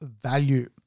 value